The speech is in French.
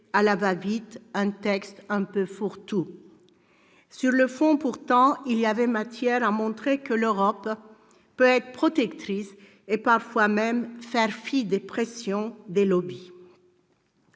à la va-vite un texte quelque peu fourre-tout. Sur le fond pourtant, il y avait matière à montrer que l'Europe peut être protectrice et parfois même faire fi des pressions des lobbies.